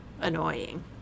annoying